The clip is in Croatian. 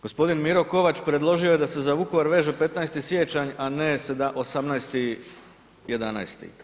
Gospodin Miro Kovač predložio je da se za Vukovar veže 15. siječanj, a ne 18.11.